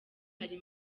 hari